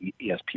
ESPN+